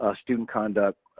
ah student conduct,